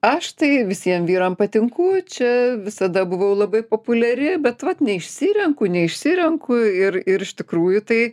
aš tai visiem vyram patinku čia visada buvau labai populiari bet vat neišsirenku neišsirenku ir ir iš tikrųjų tai